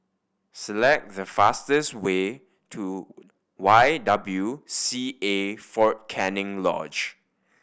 select the fastest way to Y W C A Fort Canning Lodge